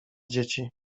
dzieci